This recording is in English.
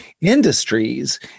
industries